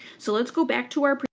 so let's go back to our but